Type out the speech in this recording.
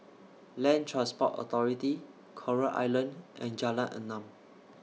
Land Transport Authority Coral Island and Jalan Enam